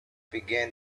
begin